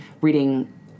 reading